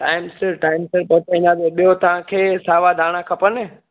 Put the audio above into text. time सिर time सिर पहुचाईंदासीं ॿियो तव्हांखे सावा धाणा खपनि